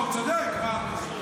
מה הוא צודק, מה?